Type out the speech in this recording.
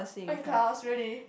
oh in class really